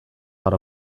out